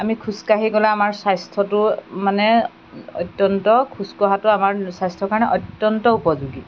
আমি খোজকাঢ়ি গ'লে আমাৰ স্বাস্থ্য়টো মানে অত্য়ন্ত খোজকঢ়াটো আমাৰ স্বাস্থ্য়ৰ কাৰণে অত্য়ন্ত উপযোগী